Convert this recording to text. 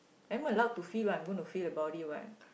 am allowed to feel what I'm going to feel about it what